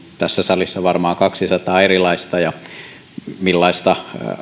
tässä salissa varmaan kaksisataa erilaista ja siitä millaista